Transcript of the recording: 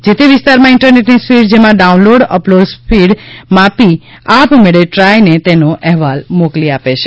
જે તે વિસ્તારમાં ઇન્ટરનેટની સ્પીડ જેમા ડાઉનલોડ અપલોડ સ્પીડ માપી આપમેળે ટ્રાયને તેનો અહેવાલ મોકલી આપે છે